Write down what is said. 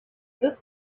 this